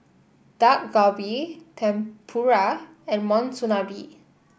Dak Galbi Tempura and Monsunabe